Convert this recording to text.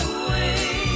away